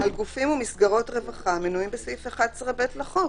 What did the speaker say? על גופים ומסגרות רווחה המנויים בסעיף 11(ב) לחוק